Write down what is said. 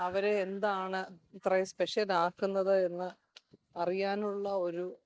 അവരെ എന്താണ് ഇത്രയും സ്പെഷ്യൽ ആക്കുന്നത് എന്ന് അറിയാനുള്ള ഒരു